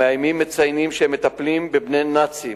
המאיימים מציינים שהם מטפלים בבני נאצים,